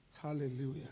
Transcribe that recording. Hallelujah